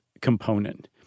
component